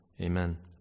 Amen